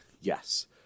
Yes